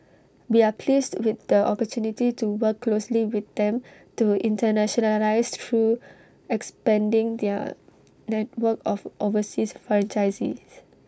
we are pleased with the opportunity to work closely with them to internationalise through expanding their network of overseas franchisees